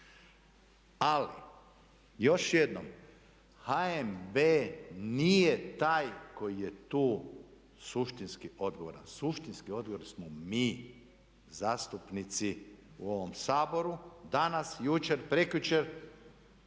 Ali još jednom HNB nije taj koji je tu suštinski odgovoran. Suštinski odgovorni smo mi zastupnici u ovom Saboru. Danas, jučer, prekjučer.